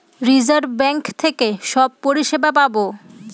reserve bank থেকে সব পরিষেবা পায়